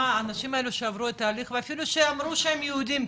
האנשים האלה שעברו את התהליך ואפילו שאמרו שהם יהודים,